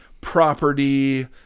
property